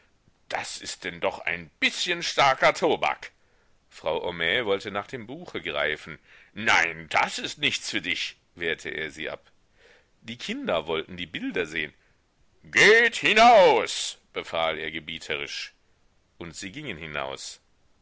das ist denn doch ein bißchen starker tobak frau homais wollte nach dem buche greifen nein das ist nichts für dich wehrte er sie ab die kinder wollten die bilder sehn geht hinaus befahl er gebieterisch und sie gingen hinaus